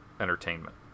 entertainment